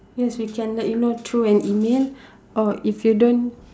yes we can let you know through an email or if you don't